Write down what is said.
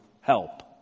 help